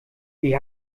wie